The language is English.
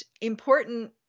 important